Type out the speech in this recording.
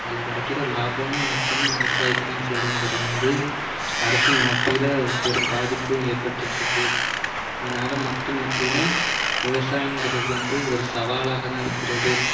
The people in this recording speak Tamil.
அதில் கிடக்கிற ஒரு லாபமோ நஷ்டமோ விவசாயிக்கு தான் சேரும்ங்கிறது வந்து அரசு மத்தியில் பெரும் பாதிப்பும் ஏற்படுத்திகிட்டு இருக்குது இதனால் மக்கள் மத்தியில் விவசாயம்ங்கிறது வந்து ஒரு சவாலாக தான் இருக்கிறது